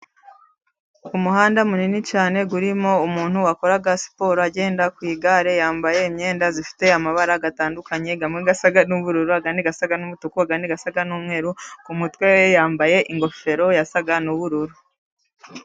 umuhanda munini cyane urimo umuntu wakoraga siporo agenda ku igare, yambaye imyenda ifite amabara atandukanye amwe asa n'ubururu, andi asa n'umutuku, andi asa n'umweru. Ku mutwe yambaye ingofero yasaga n'ubururu .